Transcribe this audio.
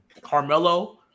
Carmelo